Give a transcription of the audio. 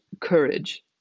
courage